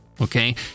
Okay